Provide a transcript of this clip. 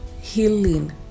healing